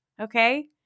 Okay